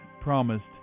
promised